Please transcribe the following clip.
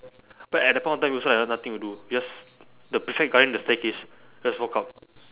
but at that point of time also I have nothing to do just the prefect guarding the staircase just walk up